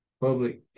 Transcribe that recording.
public